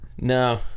No